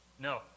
No